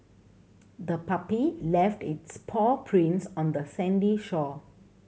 the puppy left its paw prints on the sandy shore